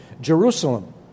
Jerusalem